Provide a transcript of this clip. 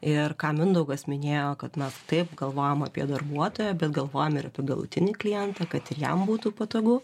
ir ką mindaugas minėjo kad mes taip galvojam apie darbuotoją bet galvojam ir apie galutinį klientą kad ir jam būtų patogu